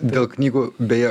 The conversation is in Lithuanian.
dėl knygų beje